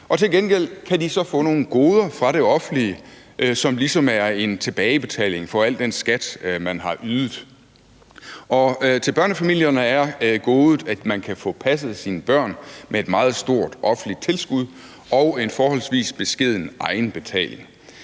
og til gengæld kan de så få nogle goder fra det offentlige, som ligesom er en tilbagebetaling for al den skat, man har ydet. For børnefamilierne er godet, at man kan få passet sine børn med et meget stort offentligt tilskud og en forholdsvis beskeden egenbetaling.